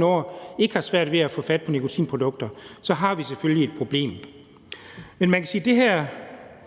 13-14 år ikke har svært ved at få fat på nikotinprodukter, så har vi selvfølgelig et problem.